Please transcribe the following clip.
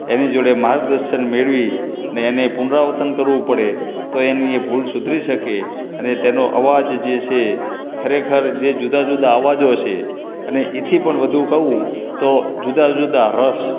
એની જોડે માર્ગદર્શન મેળવીને એને પુનરાવર્તન કરવું પડે તો એની એ ભૂલ સુધરી શકે અને તેનો અવાજ જે છે ખરેખર જે જુદા જુદા અવાજો છે અને એથી પણ વધુ કહું તો જુદા જુદા રસ